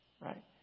right